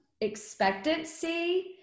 expectancy